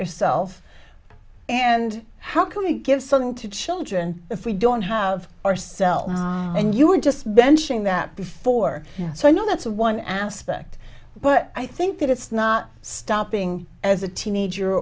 yourself and how can we give something to children if we don't have our self and you were just mentioning that before so i know that's one aspect but i think that it's not stopping as a teenager